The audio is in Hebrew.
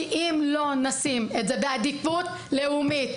כי אם לא נשים את זה בעדיפות לאומית,